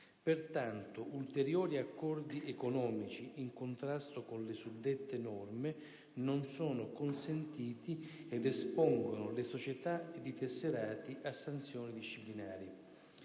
Pertanto, ulteriori accordi economici in contrasto con le suddette norme non sono consentiti ed espongono le società ed i tesserati a sanzioni disciplinari.